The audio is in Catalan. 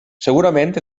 segurament